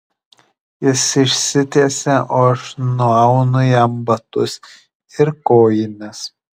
jis išsitiesia o aš nuaunu jam batus ir kojines